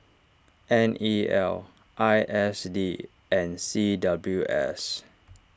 N E L I S D and C W S